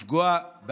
לפגוע,